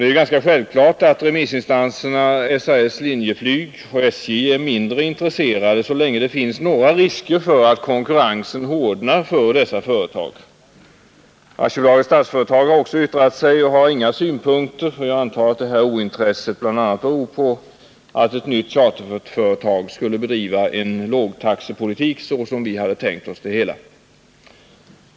Det är ganska självklart att remissinstanserna SAS, Linjeflyg och SJ är mindre intresserade så länge det finns några risker för att konkurrensen hårdnar för dessa företag. Statsföretag AB har också yttrat sig men har inga synpunkter, och jag antar att det här ointresset bl.a. beror på att ett nytt charterföretag skulle bedriva en lågtaxepolitik, så som vi hade tänkt oss det hela.